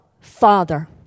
Father